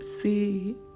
see